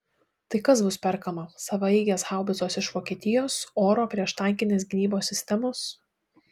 tai kas bus perkama savaeigės haubicos iš vokietijos oro prieštankinės gynybos sistemos